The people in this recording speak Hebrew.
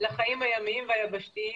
לחיים הימיים והיבשתיים.